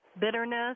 bitterness